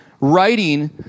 writing